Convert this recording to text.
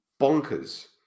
bonkers